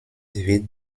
wird